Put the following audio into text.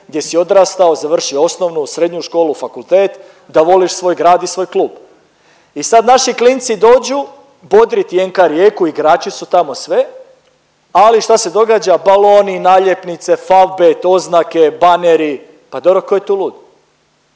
gdje si odrastao, završio osnovnu, srednju školu, fakultet da voliš svoj grad i svoj klub. I sad naši klinci dođu bodriti NK Rijeku, igrači su tamo sve, ali šta se događa baloni, naljepnice, Favbet oznake, baneri pa dobro tko je tu lud,